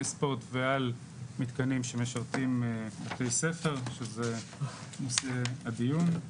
ספורט ועל מתקנים שמשרתים בתי-ספר שזה נושא הדיון.